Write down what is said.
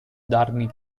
darmi